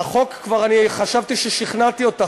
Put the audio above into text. על החוק אני חשבתי שכבר שכנעתי אותך,